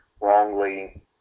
wrongly